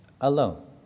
alone